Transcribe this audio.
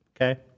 Okay